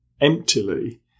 emptily